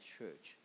Church